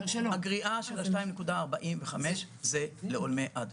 הגריעה של ה-2.45% זה לעולמי עד.